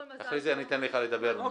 את אומרת,